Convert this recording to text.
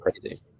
crazy